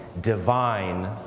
divine